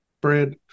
bread